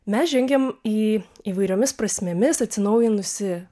mes žengiam į įvairiomis prasmėmis atsinaujinusį